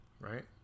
Right